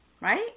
right